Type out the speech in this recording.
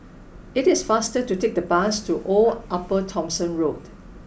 it is faster to take the bus to Old Upper Thomson Road